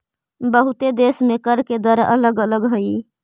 बहुते देश में कर के दर अलग अलग हई